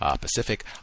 Pacific